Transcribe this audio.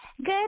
Good